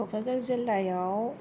क'क्राझार जिल्लायाव